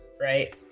right